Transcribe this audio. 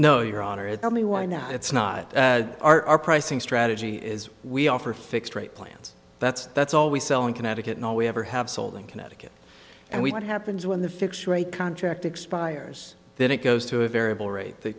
no your honor it's only y now it's not our pricing strategy is we offer fixed rate plans that's that's all we sell in connecticut and all we ever have sold in connecticut and what happens when the fixed rate contract expires then it goes to a variable rate th